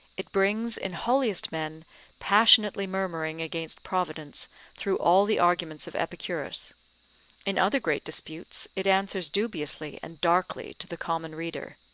it brings in holiest men passionately murmuring against providence through all the arguments of epicurus in other great disputes it answers dubiously and darkly to the common reader.